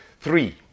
Three